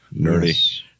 Nerdy